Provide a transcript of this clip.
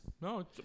No